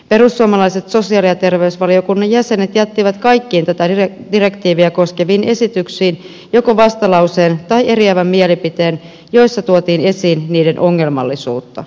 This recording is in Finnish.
perussuomalaiset sosiaali ja terveysvaliokunnan jäsenet jättivät kaikkiin tätä direktiiviä koskeviin esityksiin joko vastalauseen tai eriävän mielipiteen joissa tuotiin esiin niiden ongelmallisuutta